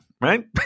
right